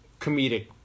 comedic